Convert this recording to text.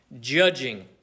judging